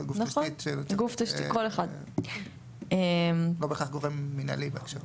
לא בהכרח גוף מנהלי.